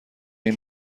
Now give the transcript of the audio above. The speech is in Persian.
این